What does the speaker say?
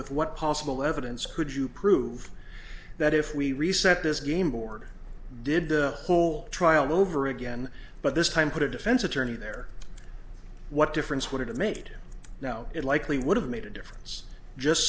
with what possible evidence could you prove that if we reset this game board did the whole trial over again but this time put a defense attorney there what difference would it have made now it likely would have made a difference just